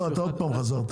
אתה עוד פעם חזרת.